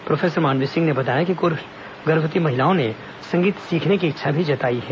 professor Mandavi Singh ने बताया कि कुछ गर्भवती महिलाओं ने संगीत सीखने की इच्छा भी जताई है